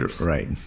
Right